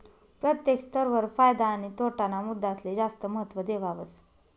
प्रत्येक स्तर वर फायदा आणि तोटा ना मुद्दासले जास्त महत्व देवावस